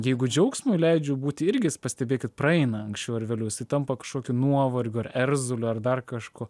jeigu džiaugsmui leidžiu būti irgi jis pastebėkit praeina anksčiau ar vėliau jisai tampa kažkokiu nuovargiu ar erzuliu ar dar kažkuo